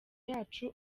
yacu